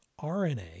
RNA